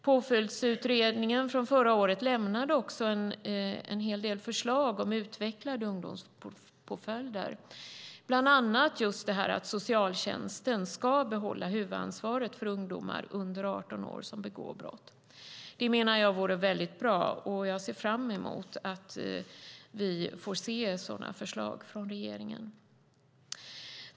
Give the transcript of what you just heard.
Påföljdsutredningen från förra året lämnade en hel del förslag om utvecklade ungdomspåföljder, bland annat just detta att socialtjänsten ska behålla huvudansvaret för ungdomar under 18 år som begår brott. Det menar jag vore väldigt bra, och jag ser fram emot att vi får sådana förslag från regeringen.